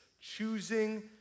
choosing